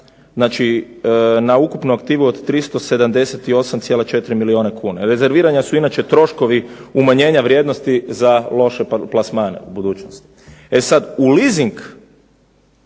na ukupnu aktivu od 378,4 milijuna kuna. Rezerviranja su inače troškovi umanjenja vrijednosti za loše plasmane u budućnosti. E sada, u leasing